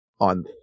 on